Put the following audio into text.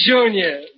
Junior